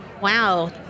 wow